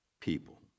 people